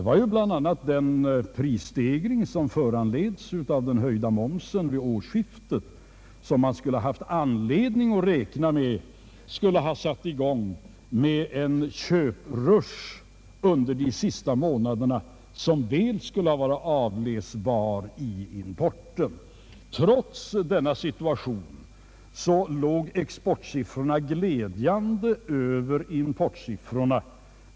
Man hade bland annat anledning att räkna med att den prisstegring som skulle komma att föranledas av den höjda momsen vid årsskiftet kunde sätta i gång en köprush under de sista månaderna 1970 som väl skulle ha varit avläsbar i importen. Trots denna situation låg exportsiffrorna glädjande över importsiffrorna.